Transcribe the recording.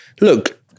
look